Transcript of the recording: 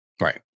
Right